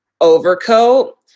overcoat